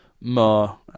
more